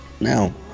now